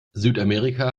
südamerika